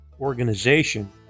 organization